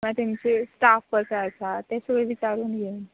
मागीर तेंचो स्टाफ कसो आसा तें सगळें विचारून घेवन